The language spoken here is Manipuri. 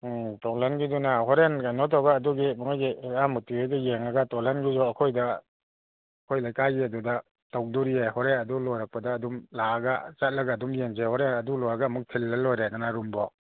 ꯎꯝ ꯇꯣꯜꯍꯟꯒꯤꯗꯨꯅ ꯍꯣꯔꯦꯟ ꯀꯩꯅꯣ ꯇꯧꯔꯒ ꯑꯗꯨꯒꯤ ꯃꯣꯏꯒꯤ ꯍꯦꯔꯥꯃꯣꯇꯤ ꯍꯣꯏꯗꯣ ꯌꯦꯡꯉꯒ ꯇꯣꯜꯍꯟꯒꯤꯁꯨ ꯑꯩꯈꯣꯏꯗ ꯑꯩꯈꯣꯏ ꯂꯩꯀꯥꯏꯒꯤ ꯑꯗꯨꯗ ꯇꯧꯗꯣꯔꯤꯌꯦ ꯍꯣꯔꯦꯟ ꯑꯗꯨ ꯂꯣꯏꯔꯛꯄꯗ ꯑꯗꯨꯝ ꯂꯥꯛꯑꯒ ꯆꯠꯂꯒ ꯑꯗꯨꯝ ꯌꯦꯡꯁꯦ ꯍꯣꯔꯦꯟ ꯑꯗꯨ ꯂꯣꯏꯔꯒ ꯑꯃꯨꯛ ꯊꯤꯜꯂ ꯂꯣꯏꯔꯦꯗꯅ ꯔꯨꯝꯕꯥꯎꯛ